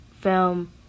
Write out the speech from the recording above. film